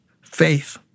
faith